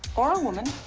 or a woman.